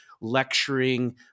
lecturing